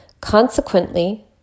Consequently